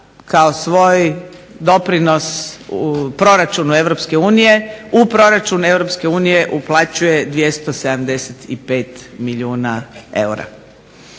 kao svoj doprinos u proračunu EU u proračun EU uplaćuje 275 milijuna eura.